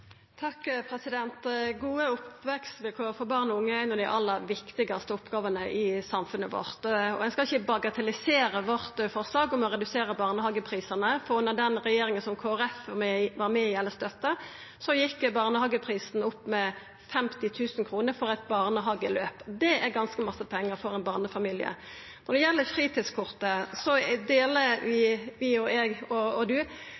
Gode oppvekstvilkår for barn og unge er ei av dei aller viktigaste oppgåvene i samfunnet vårt. Eg skal ikkje bagatellisera forslaget vårt om å redusera barnehageprisane, for under den regjeringa som Kristeleg Folkeparti var med i eller støtta, gjekk barnehageprisen opp med 50 000 kr for eit barnehageløp. Det er ganske mykje pengar for ein barnefamilie. Når det gjeld fritidskortet, er representanten og eg einige om at det er veldig viktig at alle barn og